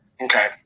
Okay